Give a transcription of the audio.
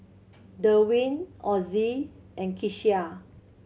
Derwin Ozie and Kecia